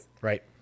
Right